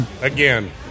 again